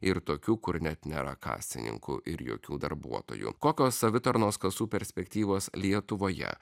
ir tokių kur net nėra kasininkų ir jokių darbuotojų kokios savitarnos kasų perspektyvos lietuvoje